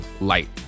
light